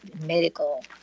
medical